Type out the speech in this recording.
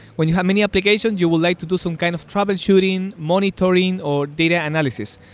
when you have many applications, you will like to do some kind of troubleshooting, monitoring or data analysis.